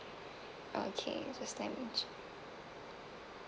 okay just damage